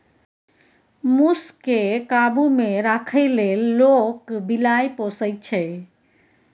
मुस केँ काबु मे राखै लेल लोक बिलाइ पोसय छै